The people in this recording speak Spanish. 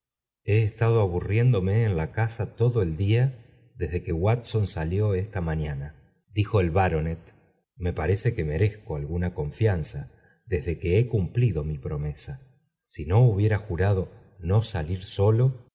he estado aburriéndome en la casa todo el día desde que watson salió esta mañana dijo el baronet me parece que merezco alguna conflan za desde que he cumplido mi promesa si no hubiera jurado no salir solo